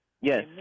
Yes